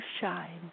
shine